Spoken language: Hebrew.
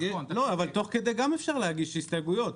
גם אפשר להגיש הסתייגויות.